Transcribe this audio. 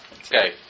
Okay